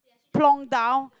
plonk down